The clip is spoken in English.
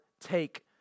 take